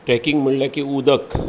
trekking म्हळ्ळें की उदक